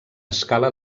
escala